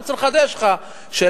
אני רוצה לחדש לך שלשר,